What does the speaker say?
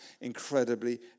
incredibly